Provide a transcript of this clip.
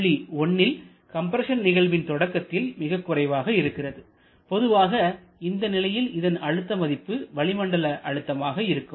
புள்ளி 1ல் கம்ப்ரஸன் நிகழ்வின் தொடக்கத்தில் மிகக் குறைவாக இருக்கிறது பொதுவாக இந்த நிலையில் இதன் அழுத்த மதிப்பு வளிமண்டல அழுத்தமாக இருக்கும்